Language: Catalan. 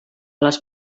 les